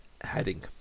heading